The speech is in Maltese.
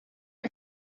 jekk